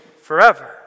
forever